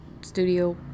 studio